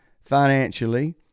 financially